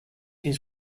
his